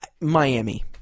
Miami